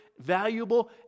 valuable